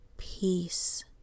Peace